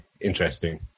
interesting